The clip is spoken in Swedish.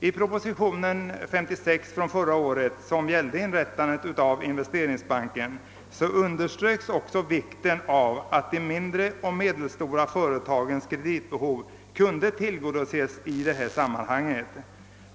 I proposition 56 förra året om inrättandet av Investeringsbanken underströks också vikten av att de mindre och medelstora företagens kreditbehov kunde tillgodoses i detta sammanhang.